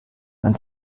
man